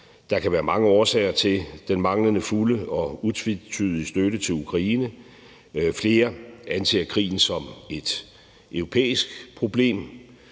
Der kan være mange årsager til den manglende fulde og utvetydige støtte til Ukraine. Flere anser krigen som et europæisk problem.